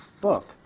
book